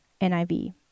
NIV